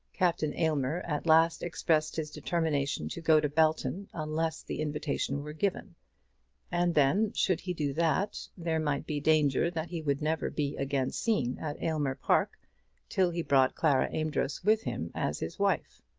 captain aylmer at last expressed his determination to go to belton unless the invitation were given and then, should he do that, there might be danger that he would never be again seen at aylmer park till he brought clara amedroz with him as his wife.